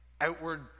outward